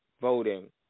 voting